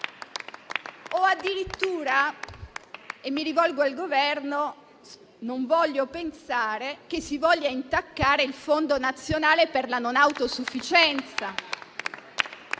O addirittura - e mi rivolgo al Governo - non voglio pensare che si voglia intaccare il Fondo nazionale per la non autosufficienza.